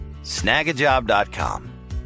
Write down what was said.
Snagajob.com